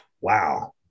Wow